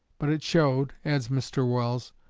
but it showed, adds mr. welles,